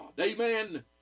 Amen